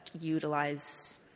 utilize